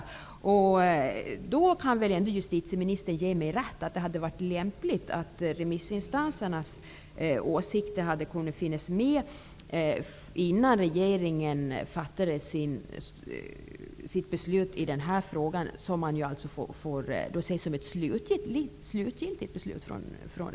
Justitieministern kan väl ändå ge mig rätt i att det är riktigt att remissinstansernas åsikter bör finnas med i bilden, innan regeringen fattar sitt beslut -- ett beslut som man får se som ett slutgiltigt sådant.